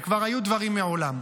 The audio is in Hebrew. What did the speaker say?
וכבר היו דברים מעולם.